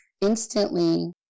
instantly